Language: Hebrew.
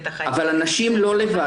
את החיים --- אבל אנשים לא לבד בעולם.